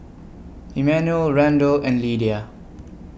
Emmanuel Randell and Lydia